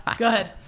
go ahead.